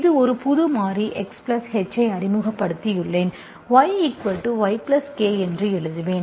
ஒரு புது மாறி Xh ஐ அறிமுகப்படுத்தியுள்ளேன் yYk என்று எழுதுவேன்